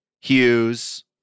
Hughes